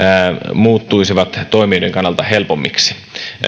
muuttuisivat toimijoiden kannalta helpommiksi